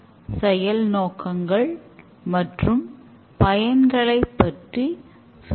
மாறுகின்ற software திட்டத்தில் வருடங்கள் செல்ல செல்ல நிறைய மாற்றங்கள் திட்டத்தில் வரும்